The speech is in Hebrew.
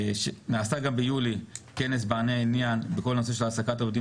נעשה גם ביולי כנס בעלי עניין בכל הנושא של העסקת עובדים